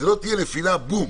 שלא תהיה נפילה בום.